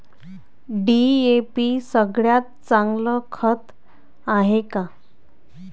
DAP सगळ्यात चांगलं खत हाये का?